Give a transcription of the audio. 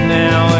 now